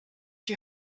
die